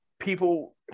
people